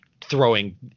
throwing